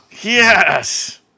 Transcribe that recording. Yes